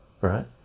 right